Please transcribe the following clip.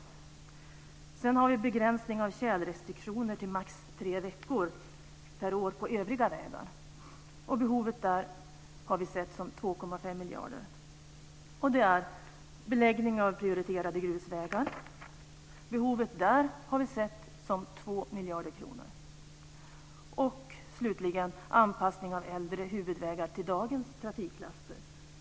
Sedan har vi begränsning av tjälrestriktioner till max tre veckor per år på övriga vägar, och behovet där har vi sett som 2,5 miljarder. I det ingår beläggning av prioriterade grusvägar. Vi har bedömt behovet på det området till Slutligen har vi anpassning av äldre huvudvägar till dagens trafiklaster.